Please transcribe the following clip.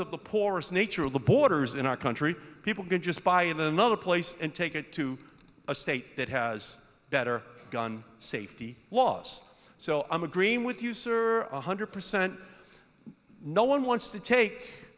of the poorest nature of the borders in our country people get just buy in another place and take it to a state that has better gun safety laws so i'm agreeing with user one hundred percent no one wants to take